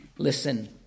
Listen